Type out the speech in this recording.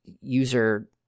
user